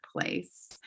place